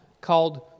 called